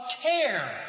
Care